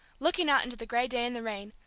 looking out into the gray day and the rain,